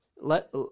let